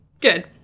Good